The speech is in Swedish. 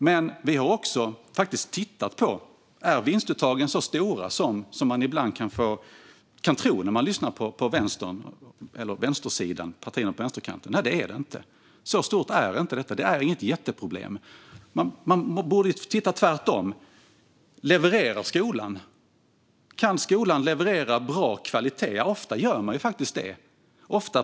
Men vi har också tittat på om vinstuttagen är så stora som man ibland kan tro när man lyssnar på partierna på vänsterkanten. Det är de inte. Så stort problem är det inte. Det är inget jätteproblem. Vi borde se på det tvärtom. Levererar skolan? Kan skolan leverera bra kvalitet? Ofta gör man faktiskt det.